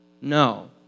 No